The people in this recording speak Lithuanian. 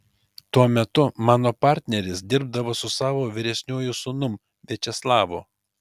tuo metu mano partneris dirbdavo su savo vyresniuoju sūnum viačeslavu